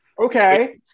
Okay